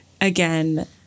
again